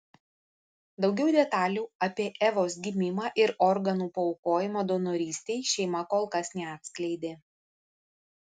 daugiau detalių apie evos gimimą ir organų paaukojimą donorystei šeima kol kas neatskleidė